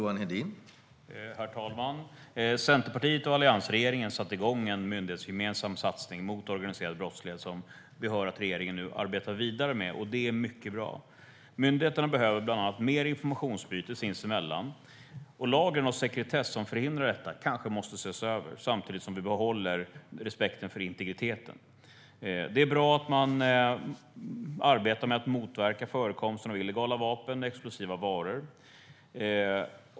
Herr talman! Centerpartiet och alliansregeringen satte igång en myndighetsgemensam satsning mot organiserad brottslighet som vi hör att regeringen nu arbetar vidare med. Det är mycket bra. Myndigheterna behöver bland annat mer informationsutbyte sinsemellan. Lagen om sekretess, som förhindrar detta, kanske måste ses över samtidigt som vi behåller respekten för integriteten. Det är bra att man arbetar med att motverka förekomsten av illegala vapen och explosiva varor.